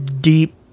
Deep